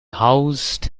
housed